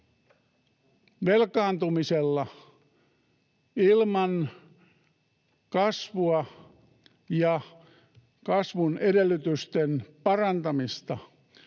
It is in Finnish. Velkaantumista ilman kasvua ja kasvun edellytysten parantamista